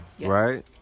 right